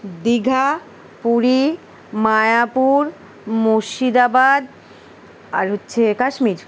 দীঘা পুরী মায়াপুর মুর্শিদাবাদ আর হচ্ছে কাশ্মীর